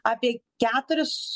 apie keturis